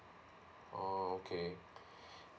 oh okay